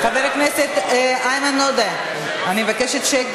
חבר הכנסת איימן עודה, אני מבקשת שקט.